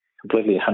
completely